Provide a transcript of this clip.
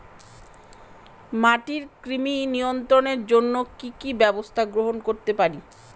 মাটির কৃমি নিয়ন্ত্রণের জন্য কি কি ব্যবস্থা গ্রহণ করতে পারি?